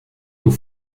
aux